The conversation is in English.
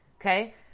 okay